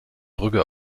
brügge